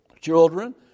children